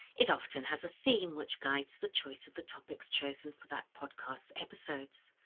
it often has a theme which guides the choice of the topics chosen for that podcast's episodes.